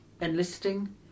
enlisting